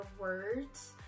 words